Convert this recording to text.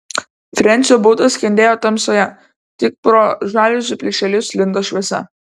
frensio butas skendėjo tamsoje tik pro žaliuzių plyšelius lindo šviesa